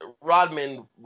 Rodman